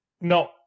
No